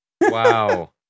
Wow